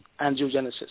angiogenesis